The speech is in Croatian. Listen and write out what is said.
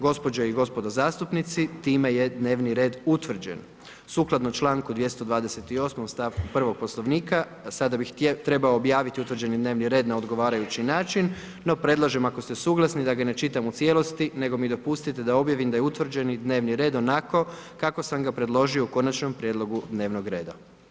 Gospođo i gospodo zastupnici, time je dnevni red utvrđen, sukladno čl. 228. stavku 1. poslovnika, a sada bi trebao objaviti utvrđeni dnevni red na utvrđeni dnevni red na odgovarajući način, no predlažem ako ste suglasni da ga ne čitam u cijelosti, nego mi dopustite da objavim da je utvrđeni dnevni red onako kako sam ga predložio u konačnom prijedlogu dnevnog reda.